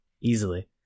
Easily